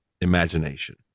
imagination